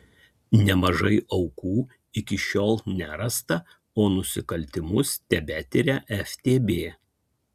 nemažai aukų iki šiol nerasta o nusikaltimus tebetiria ftb